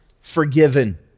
forgiven